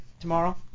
tomorrow